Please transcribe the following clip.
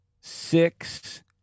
six